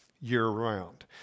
year-round